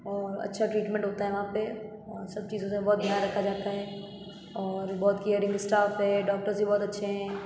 और अच्छा ट्रीटमेंट होता है वहाँ पे और सब चीज़ों से बहुत ध्यान रखा जाता है और बहुत केयरिंग स्टाफ है डॉक्टर्स भी बहुत अच्छे हैं